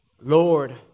Lord